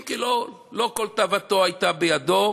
אם כי לא כל תאוותו הייתה בידו.